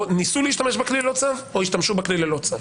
או ניסו להשתמש בכלי ללא צו או שהשתמשו בכלי ללא צו.